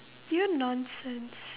you're nonsense